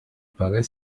paraît